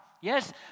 Yes